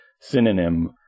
synonym